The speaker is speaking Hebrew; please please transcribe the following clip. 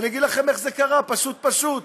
ואני אגיד לכם איך זה קרה, פשוט פשוט,